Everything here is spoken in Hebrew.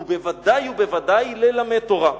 ובוודאי ובוודאי ללמד תורה.